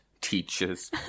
teachers